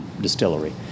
distillery